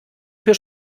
für